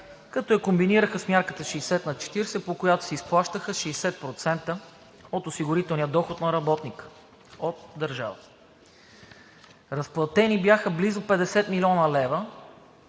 като я комбинираха с мярката 60/40, по която се изплащаха 60% от осигурителния доход на работника от държавата. Разплатени бяха близо 50 млн. лв.,